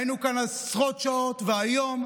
היינו כאן עשרות שעות, והיום,